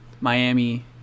Miami